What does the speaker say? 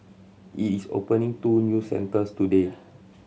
it is opening two new centres today